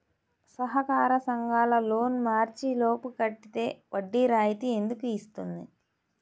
సహకార సంఘాల లోన్ మార్చి లోపు కట్టితే వడ్డీ రాయితీ ఎందుకు ఇస్తుంది?